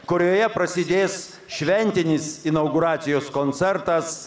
kurioje prasidės šventinis inauguracijos koncertas